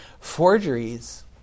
forgeries